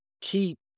keep